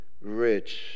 rich